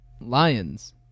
lions